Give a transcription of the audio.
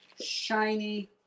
shiny